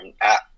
app